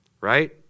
right